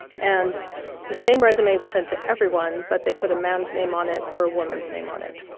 and the same resume was sent to everyone, but they put a man's name on it or a woman's name on it.